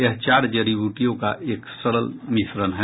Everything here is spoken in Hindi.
यह चार जड़ी ब्रेटियों का एक सरल मिश्रण है